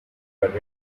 credit